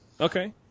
Okay